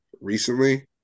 recently